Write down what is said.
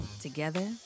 Together